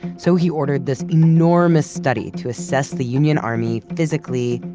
so he ordered this enormous study to assess the union army physically,